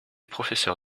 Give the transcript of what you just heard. professeur